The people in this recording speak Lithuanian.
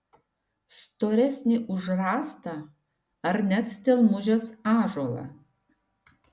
storesnį už rąstą ar net stelmužės ąžuolą